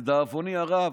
לדאבוני הרב,